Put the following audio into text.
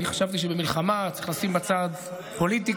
אני חשבתי שבמלחמה צריך לשים בצד פוליטיקה,